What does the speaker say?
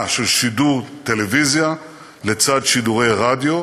של שידור טלוויזיה לצד שידורי רדיו,